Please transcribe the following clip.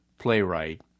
playwright